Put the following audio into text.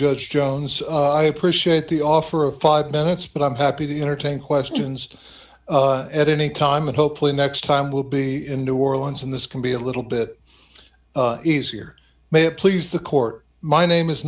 judge jones i appreciate the offer of five minutes but i'm happy to entertain questions at any time and hopefully next time will be in new orleans and this can be a little bit easier may it please the court my